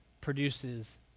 produces